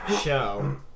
show